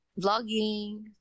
vlogging